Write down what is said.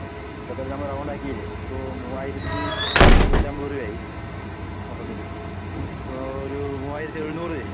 ആ ഇപ്പത്തേത് നമ്മള് റൗണ്ട് ആക്കിയില്ലെ ഇപ്പോൾ മൂവായിരത്തി എഴുന്നൂറ്റമ്പത് രൂപ ആയി മൊത്തത്തില് ഇപ്പോൾ ഒരു മൂവായിരത്തി എഴുന്നൂറ് തരി